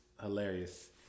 hilarious